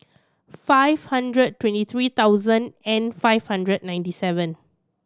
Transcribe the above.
five hundred twenty three thousand and five hundred ninety seven